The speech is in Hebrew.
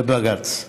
בבג"ץ.